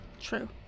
True